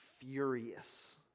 furious